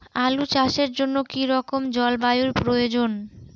আলু চাষের জন্য কি রকম জলবায়ুর প্রয়োজন?